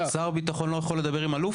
--- שר הביטחון לא יכול לדבר עם אלוף?